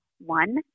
One